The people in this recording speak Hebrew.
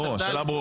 השאלה ברורה.